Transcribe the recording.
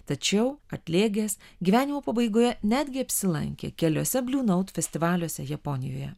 tačiau atlėgęs gyvenimo pabaigoje netgi apsilankė keliuose bliu naut festivaliuose japonijoje